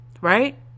right